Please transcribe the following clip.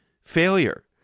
failure